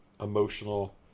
emotional